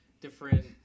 different